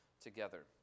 together